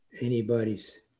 anybody's